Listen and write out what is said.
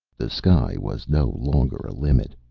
the sky was no longer a limit.